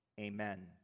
amen